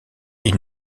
ils